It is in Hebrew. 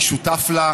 אני שותף לה.